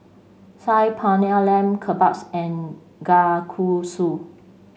Saag Paneer Lamb Kebabs and Kalguksu